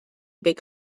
big